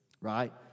Right